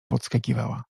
podskakiwała